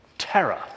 terror